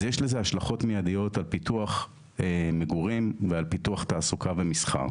אז יש לזה השלכות מיידיות על פיתוח מגורים ועל פיתוח תעסוקה ומסחר.